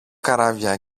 καράβια